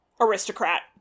aristocrat